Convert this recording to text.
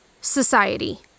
Society